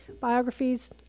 Biographies